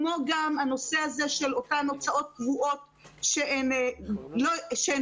כמו גם הנושא של אותן הוצאות קבועות שהן קשיחות,